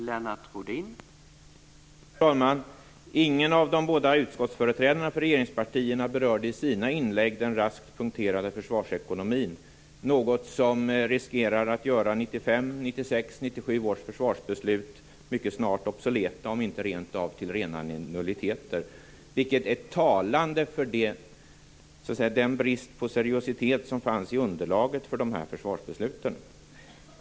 Herr talman! Ingen av de båda utskottsföreträdarna för majoriteten berörde i sina inlägg den raskt punkterade försvarsekonomin, något som riskerar att göra 1995, 1996 och 1997 års försvarsbeslut mycket snart obsoleta, om inte rent av till nuilliteter, vilket är talande för den brist på seriositet som fanns i underlaget för dessa försvarsbesluten.